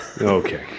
Okay